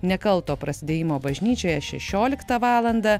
nekalto prasidėjimo bažnyčioje šešioliktą valandą